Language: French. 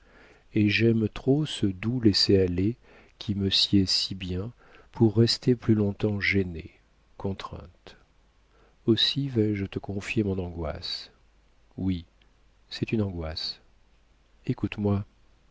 et j'aime trop ce doux laisser-aller qui me sied si bien pour rester plus longtemps gênée contrainte aussi vais-je te confier mon angoisse oui c'est une angoisse écoute-moi